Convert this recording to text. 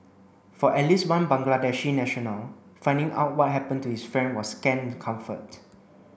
for at least one Bangladeshi national finding out what happened to his friend was scant comfort